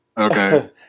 Okay